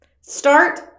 Start